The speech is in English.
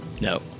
No